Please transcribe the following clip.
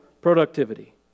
productivity